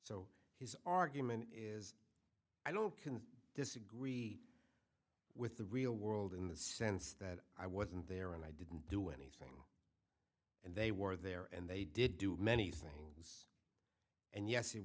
o his argument is i don't disagree with the real world in the sense that i wasn't there and i didn't do anything and they were there and they did do many things and yes it